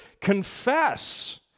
Confess